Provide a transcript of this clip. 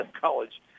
college